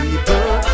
people